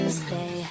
stay